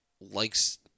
likes